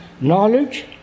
knowledge